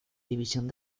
división